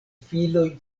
filoj